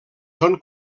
són